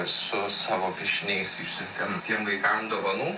su savo piešiniais išsiuntėm tiem vaikam dovanų